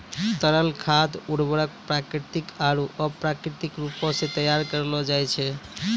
तरल खाद उर्वरक प्राकृतिक आरु अप्राकृतिक रूपो सें तैयार करलो जाय छै